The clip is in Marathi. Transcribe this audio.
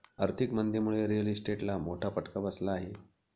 आर्थिक मंदीमुळे रिअल इस्टेटला मोठा फटका बसला आहे